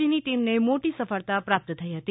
જીની ટીમને મોટી સફળતા પ્રાપ્ત થઈ હતી